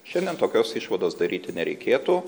šiandien tokios išvados daryti nereikėtų